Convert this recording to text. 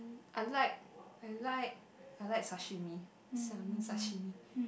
unlike I like I like sashimi salmon sashimi